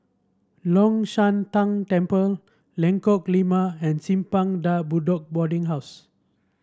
Long Shan Tang Temple Lengkok Lima and Simpang De Bedok Boarding House